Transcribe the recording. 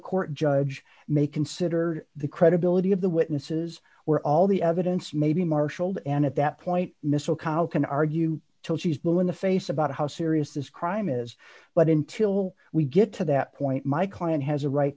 court judge may consider the credibility of the witnesses where all the evidence may be marshaled and at that point missal cow can argue till she's blue in the face about how serious this crime is but until we get to that point my client has a right